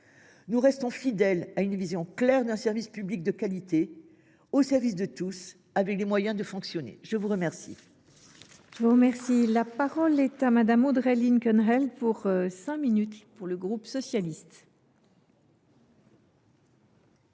Nous restons fidèles à une vision claire, celle d’un service public de qualité, au service de tous, doté des moyens de fonctionner. La parole